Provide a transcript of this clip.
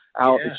out